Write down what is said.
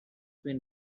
been